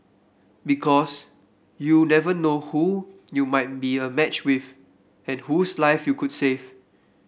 because you never know who you might be a match with and whose life you could save